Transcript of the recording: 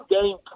game